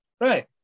right